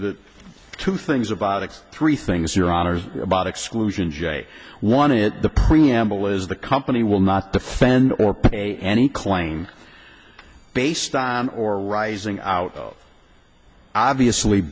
the two things of three things your honor about exclusion j one it the preamble is the company will not defend or pay any claim based on or rising out obviously